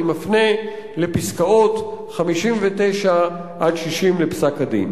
אני מפנה לפסקאות 59 60 בפסק-הדין.